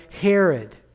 herod